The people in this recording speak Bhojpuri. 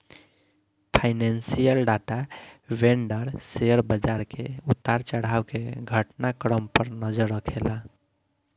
फाइनेंशियल डाटा वेंडर शेयर बाजार के उतार चढ़ाव के घटना क्रम पर नजर रखेला